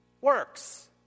works